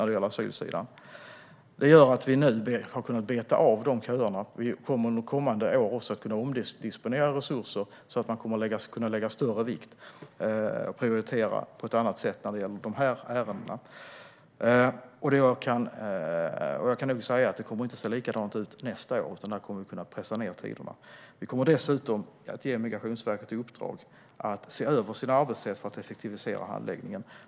Det gör att man nu har kunnat beta av köerna, och under kommande år omdisponerar vi resurserna så att Migrationsverket ska kunna prioritera på ett annat sätt i dessa ärenden. Jag kan säga att det inte kommer att se likadant ut nästa år, utan tiderna kommer att kunna pressas ned. Dessutom kommer vi att ge Migrationsverket i uppdrag att se över sitt arbetssätt för att kunna effektivisera handläggningen.